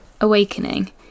Awakening